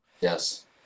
yes